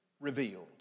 revealed